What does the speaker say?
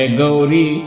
Gauri